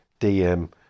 DM